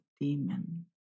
demon